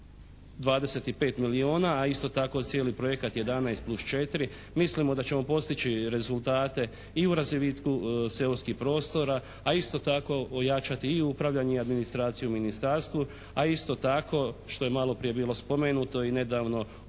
25 milijuna a isto tako i cijeli projekat 11 plus 4, mislimo da ćemo postići rezultate i u razvitku seoskih prostora a isto tako i ojačati i upravljanje i administraciju u ministarstvu. I isto tako što je maloprije bilo spomenuto i nedavno o